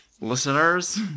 listeners